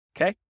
Okay